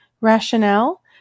Rationale